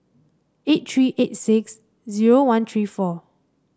eight three eight six zero one three four